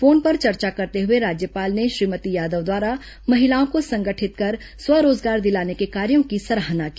phone पर चर्चा करते हुए राज्यपाल ने श्रीमती यादव द्वारा महिलाओं को संगठित कर स्व रोजगार दिलाने के कार्यों की सराहना की